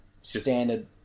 standard